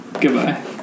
Goodbye